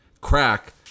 crack